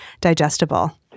digestible